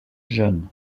jeune